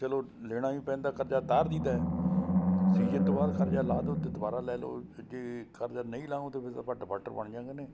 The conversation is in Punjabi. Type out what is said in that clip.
ਚਲੋ ਲੈਣਾ ਹੀ ਪੈਂਦਾ ਕਰਜ਼ਾ ਉਤਾਰ ਦਈਦਾ ਸੀਜ਼ਨ ਤੋਂ ਬਾਅਦ ਕਰਜ਼ਾ ਲਾਹ ਦਿਓ ਅਤੇ ਦੁਬਾਰਾ ਲੈ ਲਓ ਜੇ ਕਰਜ਼ਾ ਨਹੀਂ ਲਾਉਂਗੇ ਤਾਂ ਫਿਰ ਤਾਂ ਆਪਾਂ ਡਿਫਾਲਟਰ ਬਣ ਜਾਵਾਂਗੇ ਨੇ